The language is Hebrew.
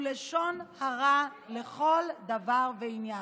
הוא לשון הרע לכל דבר ועניין.